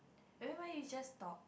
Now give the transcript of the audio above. nevermind we just talk